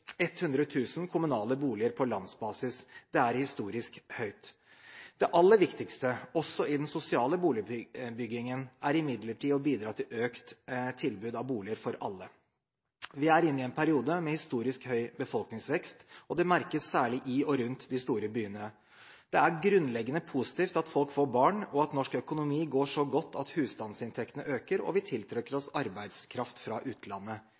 000 kommunale boliger på landsbasis. Det er historisk høyt. Det aller viktigste også i den sosiale boligbyggingen er imidlertid å bidra til økt tilbud av boliger for alle. Vi er inne i en periode med historisk høy befolkningsvekst, og det merkes særlig i og rundt de store byene. Det er grunnleggende positivt at folk får barn, og at norsk økonomi går så godt at husstandsinntektene øker og vi tiltrekker oss arbeidskraft fra utlandet.